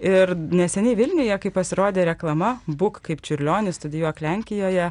ir neseniai vilniuje kai pasirodė reklama būk kaip čiurlionis studijuok lenkijoje